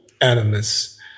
animus